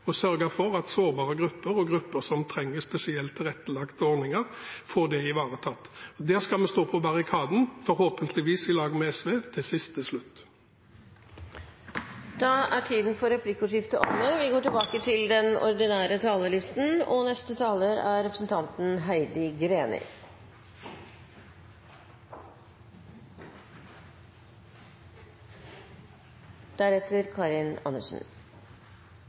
å sørge for at sårbare grupper og grupper som trenger spesielt tilrettelagte ordninger, får dette ivaretatt. Der skal vi stå på barrikadene – forhåpentligvis i lag med SV – til siste slutt. Replikkordskiftet er omme. Regjeringen satte av to og et halvt år til kommunenes arbeid med kommunereformen. Vi har så langt brukt ett og